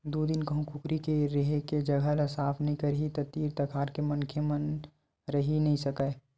दू दिन कहूँ कुकरी के रेहे के जघा ल साफ नइ करही त तीर तखार के मनखे मन रहि नइ सकय